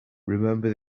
remember